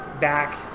back